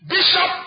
Bishop